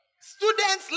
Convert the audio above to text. Students